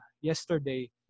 yesterday